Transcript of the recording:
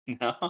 No